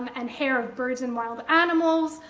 um and hair of birds and wild animals.